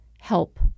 help